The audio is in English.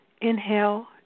inhale